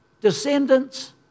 descendants